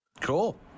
Cool